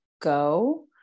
go